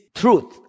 truth